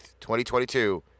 2022